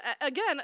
Again